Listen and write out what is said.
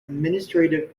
administrative